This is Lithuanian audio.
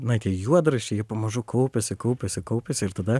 na tie juodraščiai jie pamažu kaupiasi kaupiasi kaupiasi ir tada